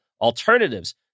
alternatives